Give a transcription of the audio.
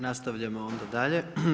Nastavljamo onda dalje.